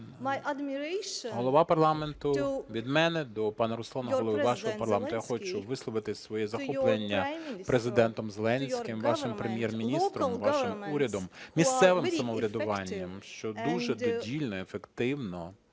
голова парламенту від мене до пана Руслана, Голови вашого парламенту, я хочу висловити своє захоплення Президентом Зеленським, вашим Прем’єр-міністром, вашим урядом, місцевим самоврядуванням, що дуже додільно, ефективно